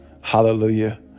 Hallelujah